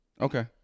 Okay